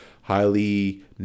highly